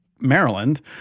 maryland